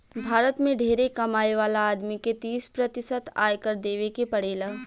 भारत में ढेरे कमाए वाला आदमी के तीस प्रतिशत आयकर देवे के पड़ेला